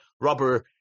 rubber